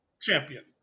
champion